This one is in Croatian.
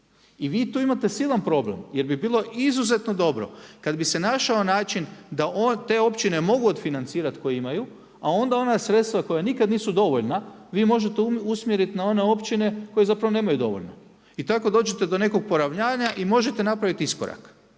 I vi tu imate silan problem, jer bi bilo izuzetno dobro, kad bi se našao način, da te općine mogu od financirati koje imaju, a onda ona sredstva koja nikad nisu dovoljna, vi možete usmjeriti na one općine koje zapravo nemaju dovoljno. I tako dođete do nekog poravnanja i možete napraviti iskorak.